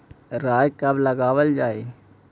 राई कब लगावल जाई?